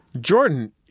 Jordan